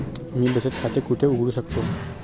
मी बचत खाते कुठे उघडू शकतो?